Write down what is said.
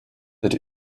that